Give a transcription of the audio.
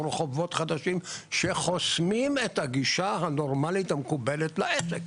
רחובות חדשים שחוסמים את הגישה הנורמלית המקובלת לעסק,